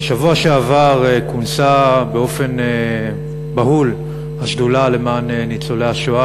בשבוע שעבר התכנסה באופן בהול השדולה למען ניצולי השואה,